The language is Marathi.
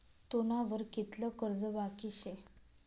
तुना वर कितलं कर्ज बाकी शे